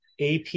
AP